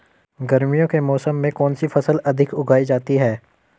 गर्मियों के मौसम में कौन सी फसल अधिक उगाई जाती है?